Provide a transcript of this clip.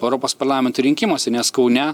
europos parlamento rinkimuose nes kaune